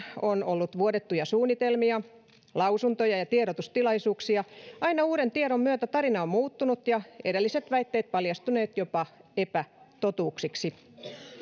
on ollut vuodettuja suunnitelmia lausuntoja ja tiedotustilaisuuksia aina uuden tiedon myötä tarina on muuttunut ja edelliset väitteet paljastuneet jopa epätotuuksiksi